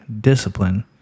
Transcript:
discipline